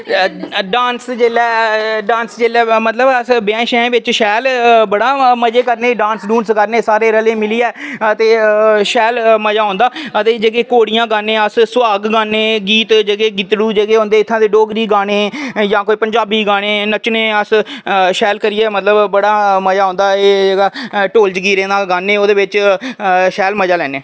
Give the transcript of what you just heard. dance जिसलै मतलव अस ब्याहें च शैल बड़े मजे करने शैल डांस करने रली मिलियै ते शैल मजा औंदा ते जेह्की घोड़ियां गाने अस ते सोहाग गीत जेह्के गीतड़ू जेह्के होंदे इत्थें दे डोगरी गाने जां कोई पंजाबी गाने नच्चने अस शैल करियै मतलव बड़ा मजा औंदा जेह्का ढोल जगीरें दा गाने ओह्दे बिच्च शैल गान्ने